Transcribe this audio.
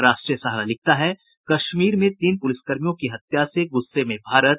राष्ट्रीय सहारा लिखता है कश्मीर में तीन पुलिसकर्मियों की हत्या से गुस्से में भारत